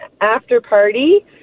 after-party